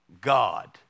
God